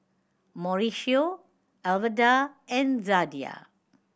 Mauricio Alverda and Zadie